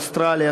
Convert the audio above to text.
אוסטרליה,